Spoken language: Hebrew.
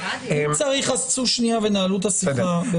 אם צריך אז צאו שנייה ונהלו את השיחה.